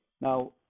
Now